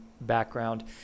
background